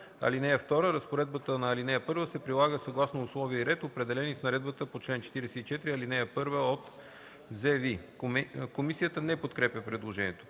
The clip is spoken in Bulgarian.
(2) Разпоредбата на ал. 1 се прилага съгласно условия и ред, определени с наредбата по чл. 44, ал. 1 от ЗЕВИ.” Комисията не подкрепя предложението.